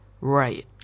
Right